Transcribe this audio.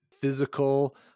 physical